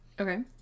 Okay